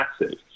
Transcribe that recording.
massive